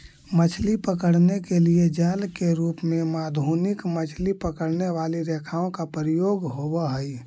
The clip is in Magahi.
मछली पकड़ने के लिए जाल के रूप में आधुनिक मछली पकड़ने वाली रेखाओं का प्रयोग होवअ हई